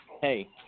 Hey